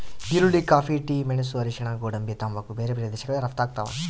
ಈರುಳ್ಳಿ coffee tea ಮೆಣಸು ಅರಿಶಿಣ ಗೋಡಂಬಿ ತಂಬಾಕು ಬೇರೆ ಬೇರೆ ದೇಶಗಳಿಗೆ ರಪ್ತಾಗ್ತಾವ